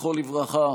זכרו לברכה,